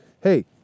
Hey